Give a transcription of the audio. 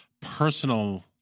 personal